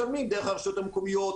משלמים דרך הרשויות המקומיות.